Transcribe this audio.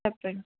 చెప్పండి